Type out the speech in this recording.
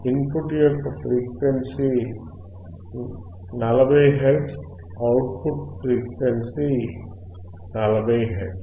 in put యొక్క frequency 40 hertz output frequency 40 hertz